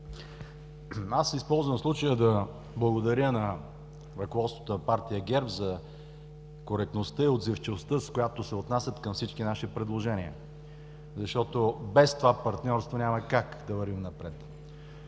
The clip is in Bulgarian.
Аз използвам случая да благодаря на ръководството на партия ГЕРБ за коректността и отзивчивостта, с която се отнасят към всички наши предложения, защото без това партньорство няма как да вървим напред.